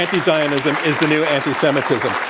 anti-zionism is the new anti-semitism.